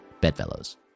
bedfellows